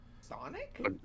Sonic